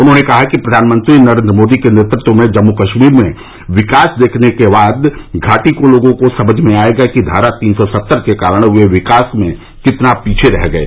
उन्होंने कहा कि प्रवानमंत्री नरेंद्र मोदी के नेतृत्व में जम्मू कश्मीर में विकास देखने के बाद घाटी के लोगों को समझ में आएगा कि धारा तीन सौ सत्तर के कारण वे विकास में कितना पीछे रह गये